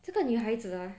这个女孩子 ah